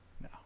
No